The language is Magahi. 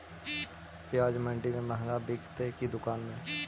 प्याज मंडि में मँहगा बिकते कि दुकान में?